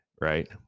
right